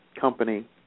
company